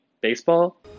Baseball